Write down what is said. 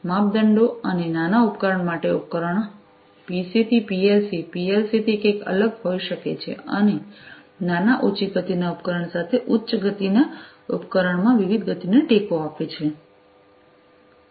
માપદંડો અને નાના ઉપકરણ મોટા ઉપકરણ ઉપકરણો પીસી થી પીએલસી પીએલસી થી કંઈક અલગ હોઈ શકે છે અને નાના ઓછી ગતિના ઉપકરણ સાથે ઉચ્ચ ગતિના ઉપકરણમાં વિવિધ ગતિને ટેકો આપે છે